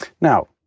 now